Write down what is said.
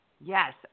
Yes